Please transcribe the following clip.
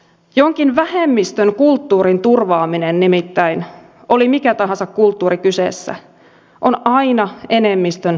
jonkin vähemmistön kulttuurin turvaaminen nimittäin oli kyseessä mikä tahansa kulttuuri on aina enemmistön tahtotilasta kiinni